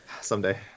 someday